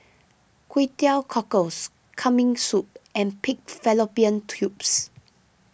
Kway Teow Cockles Kambing Soup and Pig Fallopian Tubes